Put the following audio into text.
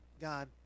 God